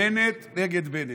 בנט נגד בנט.